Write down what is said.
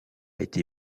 été